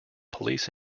police